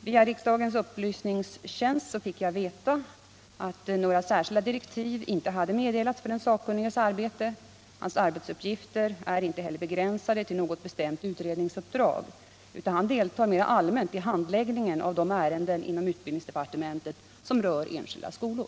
Via riksdagens upplysningstjänst fick jag veta att några särskilda direktiv inte hade meddelats för den sakkunniges arbete. Hans arbetsuppgifter är inte heller begränsade till något bestämt utredningsuppdrag, utan han deltar mer allmänt i handläggningen av de ärenden inom utbildningsdepartementet som rör enskilda skolor.